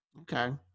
Okay